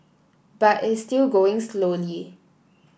but it's still going slowly